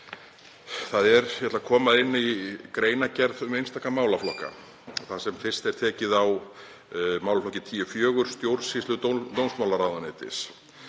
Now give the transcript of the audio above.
að koma inn í greinargerð um einstaka málaflokka þar sem fyrst er tekið á málaflokki 10.4, stjórnsýslu dómsmálaráðuneytis.